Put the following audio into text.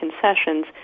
concessions